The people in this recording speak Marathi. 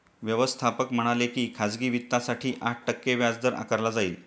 व्यवस्थापक म्हणाले की खाजगी वित्तासाठी आठ टक्के व्याजदर आकारला जाईल